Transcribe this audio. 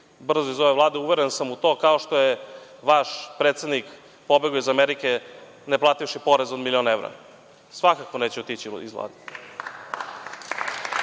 brzo iz ove Vlade, uveren sam u to, kao što je vaš predsednik pobegao iz Amerike ne plativši porez od milion evra. Svakako neće otići iz Vlade.